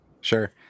Sure